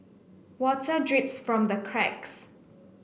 water drips from the cracks